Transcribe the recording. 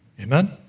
Amen